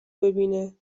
ببینه